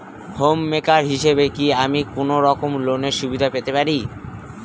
Home maker হিসেবে কি আমি কোনো রকম লোনের সুবিধা পেতে পারি?